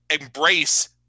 Embrace